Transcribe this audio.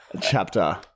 chapter